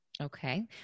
Okay